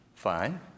fine